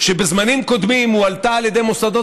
שבזמנים קודמים הועלתה על ידי מוסדות